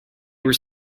were